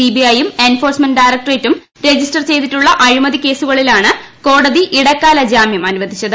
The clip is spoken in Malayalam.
സിബിഐ യും എൻഫോഴ്സ്മെന്റ് ഡയറക്ടറേറ്റ്രജിസ്റ്റർ ചെയ്തിട്ടുള്ള അഴിമതി കേസുകളിലാണ് കോടതി ഇടക്കാല ജാമൃം അനുവദിച്ചത്